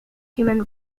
human